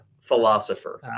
philosopher